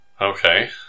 Okay